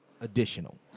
additional